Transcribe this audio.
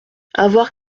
avoir